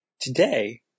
Today